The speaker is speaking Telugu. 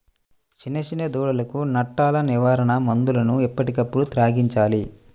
చిన్న చిన్న దూడలకు నట్టల నివారణ మందులను ఎప్పటికప్పుడు త్రాగించాలి